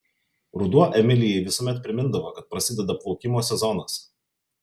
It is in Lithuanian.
ruduo emilijai visuomet primindavo kad prasideda plaukimo sezonas